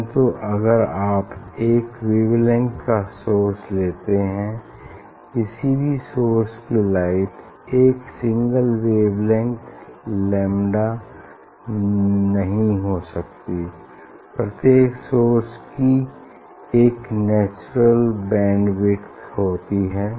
परन्तु अगर आप एक वेवलेंग्थ का सोर्स लेते हैं किसी भी सोर्स की लाइट एक सिंगल वेवलेंग्थ लैम्डा नहीं हो सकती प्रत्येक सोर्स की एक नेचुरल बैंड विड्थ होती है